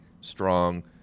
strong